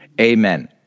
Amen